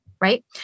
Right